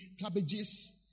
cabbages